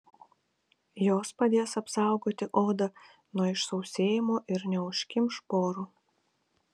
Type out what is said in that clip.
jos padės apsaugoti odą nuo išsausėjimo ir neužkimš porų